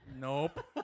Nope